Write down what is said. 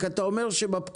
רק אתה אומר שבפקודה,